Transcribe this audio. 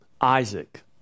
Isaac